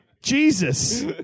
Jesus